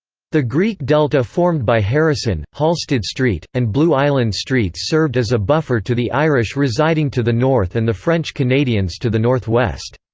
the greek delta formed by harrison, halsted street, and blue island streets served as a buffer to the irish residing to the north and the french canadians to the northwest.